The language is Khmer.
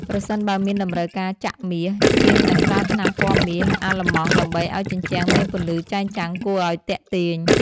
ប្រសិនបើមានតម្រូវការចាក់មាស ជាងនឹងប្រើថ្នាំពណ៌មាសអាឡឺម៉ង់ដើម្បីឱ្យជញ្ជាំងមានពន្លឺចែងចាំងគួរឱ្យទាក់ទាញ។